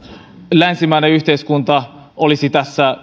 länsimainen yhteiskunta olisivat